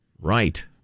right